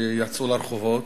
שיצאו לרחובות.